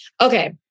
Okay